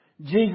Jesus